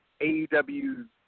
AEW